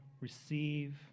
receive